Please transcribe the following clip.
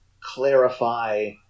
clarify